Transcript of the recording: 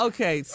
Okay